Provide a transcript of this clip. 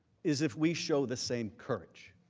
is if we show the same courage